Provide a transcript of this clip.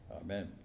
Amen